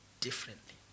differently